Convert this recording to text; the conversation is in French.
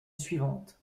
suivante